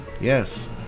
Yes